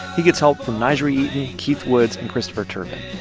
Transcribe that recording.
he gets help from n'jeri eaton, keith woods and christopher turpin.